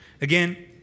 Again